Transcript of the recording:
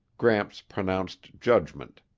gramps pronounced judgment,